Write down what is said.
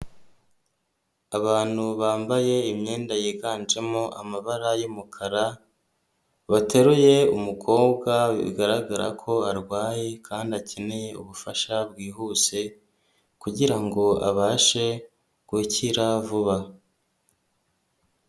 Abantu bambaye imyenda yiganjemo amabara y'umukara, bateruye umukobwa bigaragara ko arwaye kandi akeneye ubufasha bwihuse kugirango abashe gukira vuba.